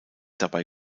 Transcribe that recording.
dabei